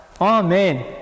Amen